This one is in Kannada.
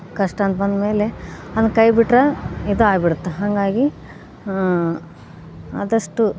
ಕಷ್ಟ ಅಂತ ಬಂದ್ಮೇಲೆ ಅದನ್ನು ಕೈ ಬಿಟ್ರೆ ಇದೇ ಆಗಿಬಿಡುತ್ತೆ ಹಾಗಾಗಿ ಅದಷ್ಟು